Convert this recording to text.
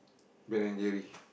Ben-and-Jerry